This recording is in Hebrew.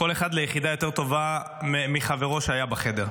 כל אחד ליחידה יותר טובה מחברו שהיה בחדר.